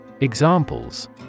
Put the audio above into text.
Examples